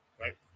right